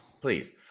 Please